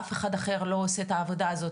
איך בעצם מגיעים לסיטואציה כזאת,